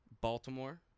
Baltimore